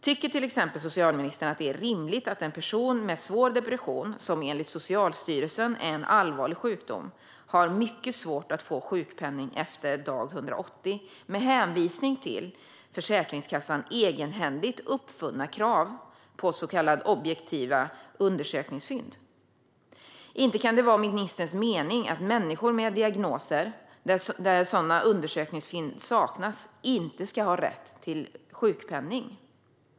Tycker socialministern till exempel att det är rimligt att en person med svår depression, som enligt Socialstyrelsen är en allvarlig sjukdom, har mycket svårt att få sjukpenning efter dag 180 med hänvisning till Försäkringskassans egenhändigt uppfunna krav på så kallade objektiva undersökningsfynd? Inte kan det vara ministerns mening att människor med diagnoser, där sådana undersökningsfynd saknas, inte ska ha rätt till sjukpenning?